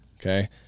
Okay